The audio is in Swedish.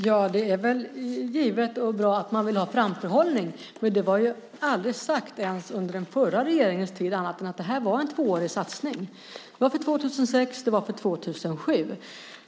Fru talman! Det är väl bra att man vill ha framförhållning, men det var aldrig sagt ens under den förra regeringens tid annat än att det här var en tvåårig satsning för 2006 och 2007.